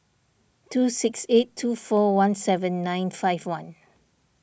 two six eight two four one seven nine five one